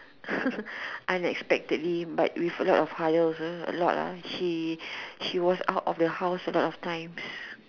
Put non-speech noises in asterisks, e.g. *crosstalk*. *laughs* unexpectedly but with a lot of hire a lot ah she she was out of the house a lot of times